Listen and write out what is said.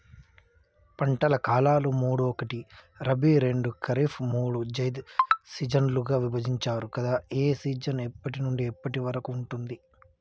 పంటల కాలాలు మూడు ఒకటి రబీ రెండు ఖరీఫ్ మూడు జైద్ సీజన్లుగా విభజించారు కదా ఏ సీజన్ ఎప్పటి నుండి ఎప్పటి వరకు ఉంటుంది?